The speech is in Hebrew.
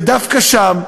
ודווקא שם,